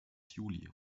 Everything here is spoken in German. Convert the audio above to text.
juli